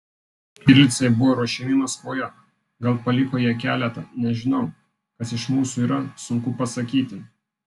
štirlicai buvo ruošiami maskvoje gal paliko jie keletą nežinau kas iš mūsų yra sunku pasakyti